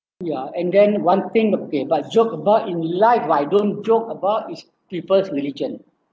ya and then one thing okay but joke about in life what I don't joke about is people's religion